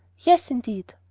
yes, indeed!